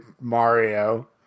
Mario